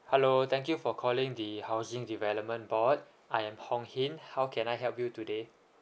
hello thank you for calling the housing development board I am hong hin how can I help you today